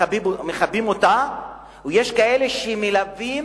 מכבים אותה, ויש כאלה שמלבים